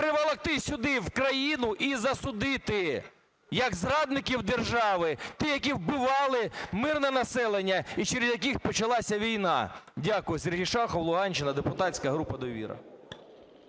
приволокти сюди, в країну, і засудити як зрадників держави, ті, які вбивали мирне населення і через яких почалася війна. Дякую. Сергій Шахов, Луганщина, депутатська група "Довіра".